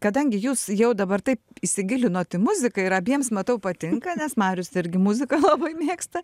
kadangi jūs jau dabar taip įsigilinot į muziką ir abiems matau patinka nes marius irgi muziką labai mėgsta